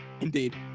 indeed